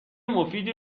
مفیدی